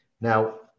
Now